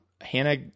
Hannah